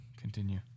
Continue